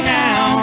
now